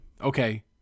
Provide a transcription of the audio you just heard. Okay